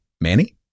Manny